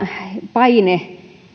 paine